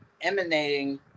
emanating